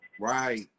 Right